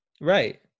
Right